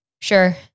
Sure